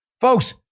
Folks